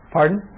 Pardon